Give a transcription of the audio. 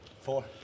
Four